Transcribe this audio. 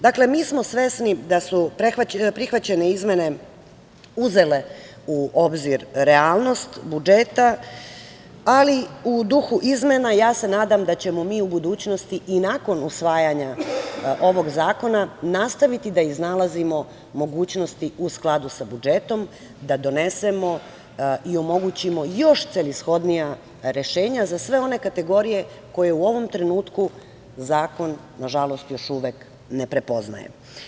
Dakle, mi smo svesni da smo prihvaćene izmene uzele u obzir realnost budžeta, ali u duhu izmena ja se nadam da ćemo mi u budućnosti i nakon usvajanja ovog zakona nastaviti da iznalazimo mogućnosti u skladu sa budžetom da donesemo i omogućimo još celishodnija rešenja za sve one kategorije koje u ovom trenutku zakon, na žalost, još uvek ne prepoznaje.